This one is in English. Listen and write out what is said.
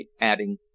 adding